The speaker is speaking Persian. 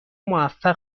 موفق